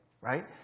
right